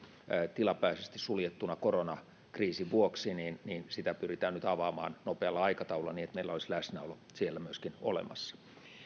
tilapäisesti suljettuna koronakriisin vuoksi pyritään nyt avaamaan nopealla aikataululla niin että meillä olisi läsnäolo myöskin siellä olemassa